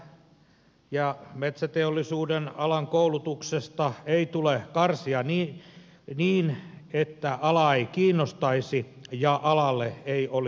metsä ja metsäteollisuuden alan koulutuksesta ei tule karsia niin että ala ei kiinnostaisi ja alalle ei olisi tulijoita